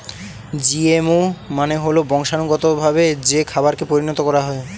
GMO মানে হল বংশানুগতভাবে যে খাবারকে পরিণত করা হয়